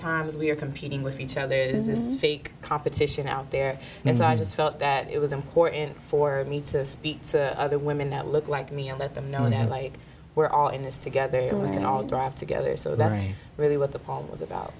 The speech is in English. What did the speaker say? times we're competing with each other is this fake competition out there and so i just felt that it was important for me to speak to other women that look like me and let them know that like we're all in this together and we can all drive together so that's really what the poem was about